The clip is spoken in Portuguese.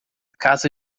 casa